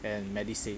and medisave